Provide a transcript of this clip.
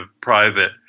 private